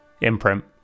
imprint